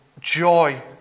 joy